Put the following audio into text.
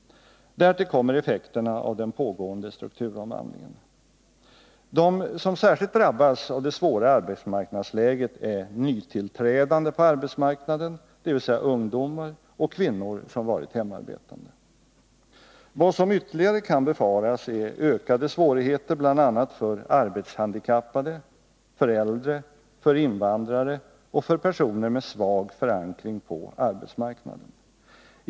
Därtill kommer effekterna av den pågående strukturomvandlingen. De som särskilt drabbas av det svåra arbetsmarknadsläget är nytillträdande på arbetsmarknaden, dvs. ungdomar och kvinnor som varit hemarbetande. Vad som ytterligare kan befaras är ökade svårigheter bl.a. för arbetshandikappade, för äldre, för invandrare och för personer med svag förankring på arbetsmarknaden.